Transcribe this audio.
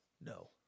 No